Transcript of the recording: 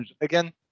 again